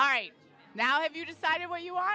g right now have you decided where you are